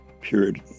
period